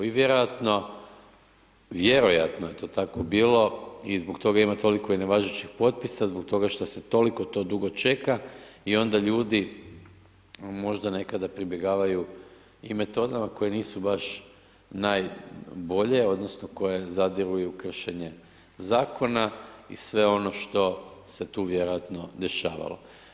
I vjerojatno, vjerojatno je to tako bilo i zbog toga ima i toliko nevažećih potpisa, zbog toga šta se toliko to dugo čeka i onda ljudi možda nekada pribjegavaju i metodama koje nisu baš najbolje odnosno koje zadiru i u kršenje zakona i sve ono što se tu vjerojatno dešavalo.